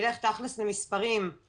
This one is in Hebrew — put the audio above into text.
הזוגות האלה לא יתחילו את תחילת דרכם עם חור